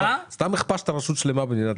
סתם הכפשת רשות שלמה במדינת ישראל.